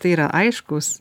tai yra aiškūs